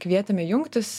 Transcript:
kvietėme jungtis